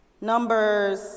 Numbers